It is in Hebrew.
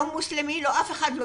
לא מוסלמי, לא אף אחד.